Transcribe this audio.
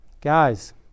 Guys